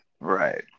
Right